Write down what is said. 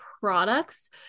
products